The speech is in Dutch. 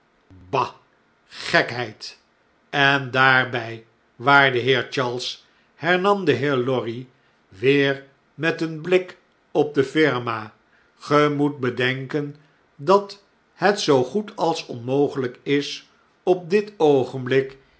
bah gekheid en daarby waarde charles hernam de heer lorry weer met een blik op de firma ge moet bedenken dat het zoogoed als onmogelyk is op dit oogenblik